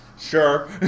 sure